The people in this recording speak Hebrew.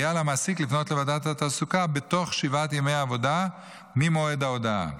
יהיה על המעסיק לפנות לוועדת התעסוקה בתוך שבעה ימי עבודה ממועד ההודעה